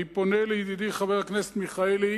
אני פונה לידידי חבר הכנסת מיכאלי